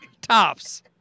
Tops